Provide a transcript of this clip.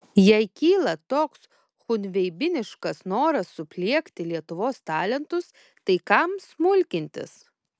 jei kyla toks chunveibiniškas noras supliekti lietuvos talentus tai kam smulkintis